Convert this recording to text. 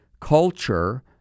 culture